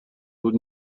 بود